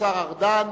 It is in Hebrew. השר ארדן.